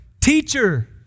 teacher